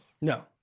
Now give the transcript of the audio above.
No